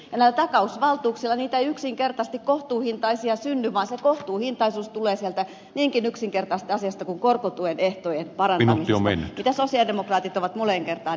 ja näillä takausvaltuuksilla ei yksinkertaisesti kohtuuhintaisia synny vaan se kohtuuhintaisuus tulee sieltä niinkin yksinkertaisesta asiasta kuin korkotuen ehtojen parantamisesta mitä sosialidemokraatit ovat moneen kertaan esittäneet